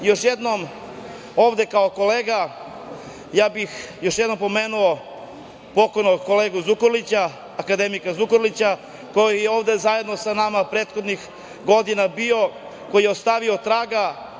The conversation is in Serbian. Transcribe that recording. Još jednom ovde kao kolega, još jednom bih pomenuo pokojnog kolegu Zukorlića, akademika Zukorlića koji je ovde zajedno sa nama prethodnih godina bio, koji je ostavio traga.